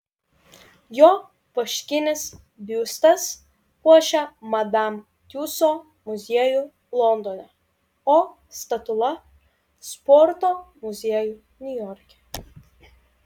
jo vaškinis biustas puošia madam tiuso muziejų londone o statula sporto muziejų niujorke